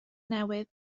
newydd